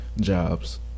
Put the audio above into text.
jobs